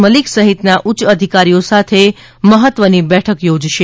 મલિક સહિતના ઉચ્ય અધિકારીઓ સાથે મહત્વની બેઠક યોજાશે